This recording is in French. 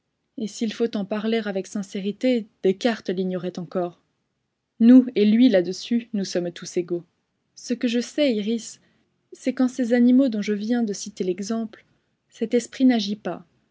et s'il faut en parler avec sincérité descartes l'ignorait encore nous et lui là-dessus nous sommes tous égaux ce que je sais iris c'est qu'en ces animaux dont je viens de citer l'exemple cet esprit n'agit pas